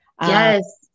Yes